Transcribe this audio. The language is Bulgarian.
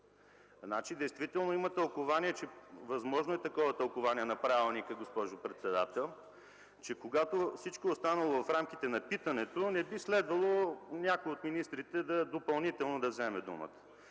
собственото си питане. Възможно е такова тълкувание на правилника, госпожо председател – че когато всичко останало е в рамките на питането, не би следвало някой от министрите допълнително да вземе думата,